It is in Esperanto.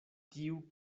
tiu